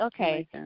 okay